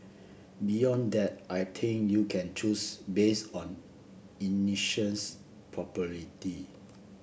beyond that I think you can choose based on